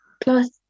Plus